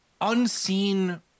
unseen